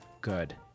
Good